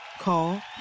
Call